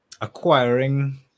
acquiring